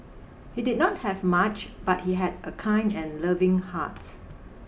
he did not have much but he had a kind and loving heart